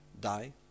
die